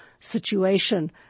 situation